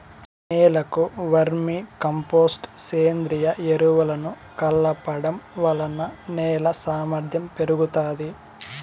నేలకు vermicompost, సేంద్రీయ ఎరువులను కలపడం వలన నేల సామర్ధ్యం పెరుగుతాది